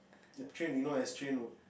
the train you know as train